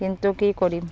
কিন্তু কি কৰিম